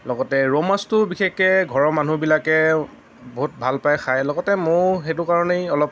লগতে ৰৌমাছটো বিশেষকৈ ঘৰৰ মানুহবিলাকে বহুত ভাল পায় খাই লগতে মইও সেইটো কাৰণেই অলপ